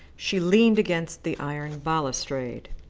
she leaned against the iron balustrade.